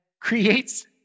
creates